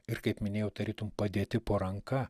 ir kaip minėjau tarytum padėti po ranka